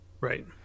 Right